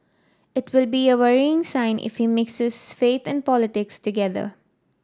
it will be a worrying sign if he mixes faith and politics together